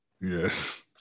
Yes